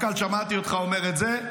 שמעתי אותך אומר את זה,